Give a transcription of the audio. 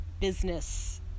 business